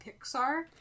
Pixar